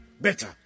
better